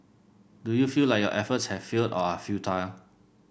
do you feel like your efforts have failed or are futile